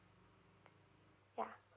ya